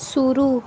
शुरू